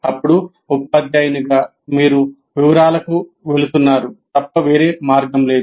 అప్పుడు ఉపాధ్యాయునిగా మీరు వివరాలకు వెళుతున్నారు తప్ప వేరే మార్గం కాదు